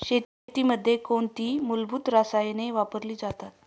शेतीमध्ये कोणती मूलभूत रसायने वापरली जातात?